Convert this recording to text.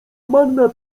manna